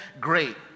great